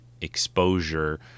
exposure